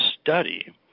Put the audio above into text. study